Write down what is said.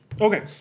Okay